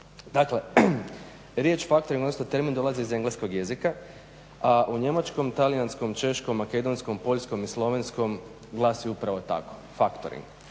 Dakle, riječ factoring, odnosno termin dolazi iz engleskog jezika a u njemačkom, talijanskom, češkom, makedonskom, poljskom i slovenskom glasi upravo tako factoring.